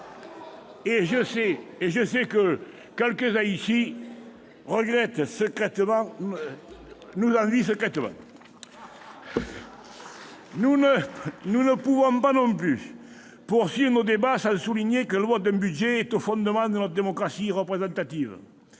! Je sais que certains ici nous l'envient secrètement ! Nous ne pouvons pas non plus poursuivre nos débats sans souligner que le vote d'un budget est au fondement de notre démocratie représentative.